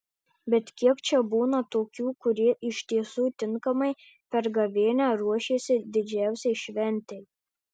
bet kiek čia būna tokių kurie iš tiesų tinkamai per gavėnią ruošėsi didžiausiai šventei